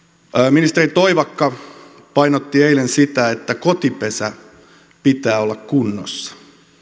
ministeri toivakka painotti eilen sitä että kotipesän pitää olla kunnossa